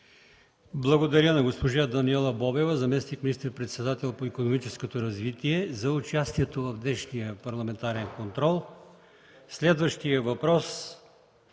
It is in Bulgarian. Благодаря на госпожа Даниела Бобева – заместник министър-председател на икономическото развитие, за участието в днешния парламентарен контрол. Следващият въпрос